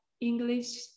English